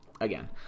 Again